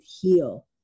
heal